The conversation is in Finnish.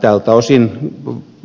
tältä osin